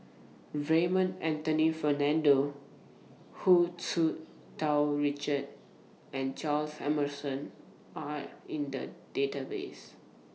Raymond Anthony Fernando Hu Tsu Tau Richard and Charles Emmerson Are in The Database